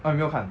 !huh! 你没有看啊